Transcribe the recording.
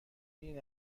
این